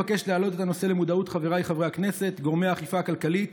אבקש להעלות את הנושא למודעות חבריי חברי הכנסת וגורמי האכיפה הכלכלית